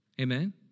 Amen